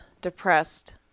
depressed